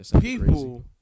people